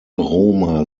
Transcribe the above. roma